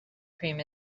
cream